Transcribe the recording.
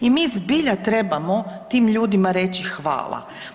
I mi zbilja trebamo tim ljudima reći hvala.